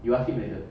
you ask him like that